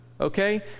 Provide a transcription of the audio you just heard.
okay